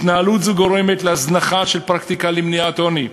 התנהלות זו גורמת להזנחה של פרקטיקה למניעת עוני,